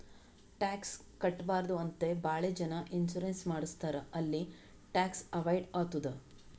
tax ಕಟ್ಬಾರ್ದು ಅಂತೆ ಭಾಳ ಜನ ಇನ್ಸೂರೆನ್ಸ್ ಮಾಡುಸ್ತಾರ್ ಅಲ್ಲಿ ಟ್ಯಾಕ್ಸ್ ಅವೈಡ್ ಆತ್ತುದ್